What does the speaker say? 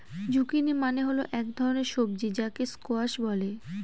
zucchini মানে হল এক ধরনের সবজি যাকে স্কোয়াশ বলে